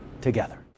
together